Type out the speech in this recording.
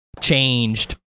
changed